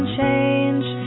change